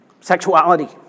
sexuality